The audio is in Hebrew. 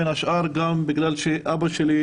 בין השאר בגלל שאבא שלי,